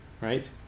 right